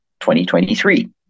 2023